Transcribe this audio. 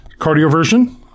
Cardioversion